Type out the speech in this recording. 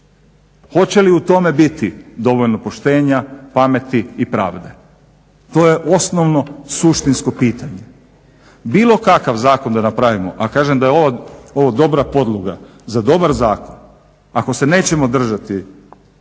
Hoće li u tome biti dovoljno poštenja, pameti i pravde? To je osnovno suštinsko pitanje. Bilo kakav zakon da napravimo, a kažem da je ovo dobra podloga za dobar zakon, ako se nećemo držati